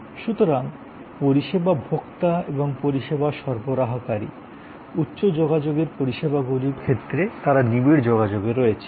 সুতরাং পরিষেবা ভোক্তা এবং পরিষেবা সরবরাহকারী উচ্চ যোগাযোগের পরিষেবাগুলির ক্ষেত্রে তারা নিবিড় যোগাযোগে রয়েছে